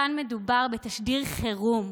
כאן מדובר בתשדיר חירום,